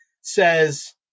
says